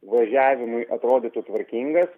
važiavimui atrodytų tvarkingas